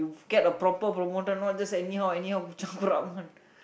get a proper promoter not just anyhow anyhow one